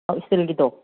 ꯑꯧ ꯏꯁꯇꯤꯜꯒꯤꯗꯣ